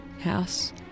house